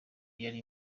yari